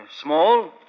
Small